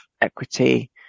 equity